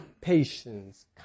patience